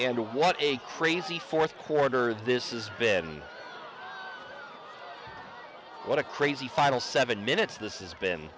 and what a crazy fourth quarter this is been what a crazy final seven minutes this is been